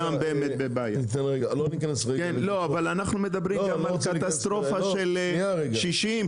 אבל אנחנו מדברים על קטסטרופה של 60,